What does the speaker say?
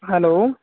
hello